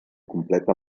completa